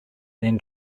then